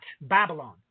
Babylon